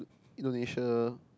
Indonesia